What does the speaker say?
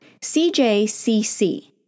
CJCC